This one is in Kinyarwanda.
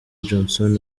johnson